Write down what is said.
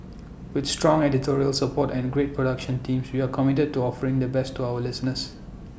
with strong editorial support and great production teams we are committed to offering the best to our listeners